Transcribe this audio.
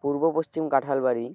পূর্ব পশ্চিম কাঁঠালবাড়ি